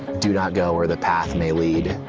do not go where the pack may lead,